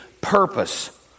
purpose